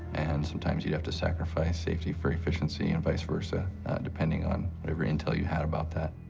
and sometimes you'd have to sacrifice safety for efficiency and vice-versa, and depending on whatever intel you had about that.